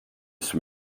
som